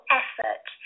effort